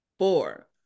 Four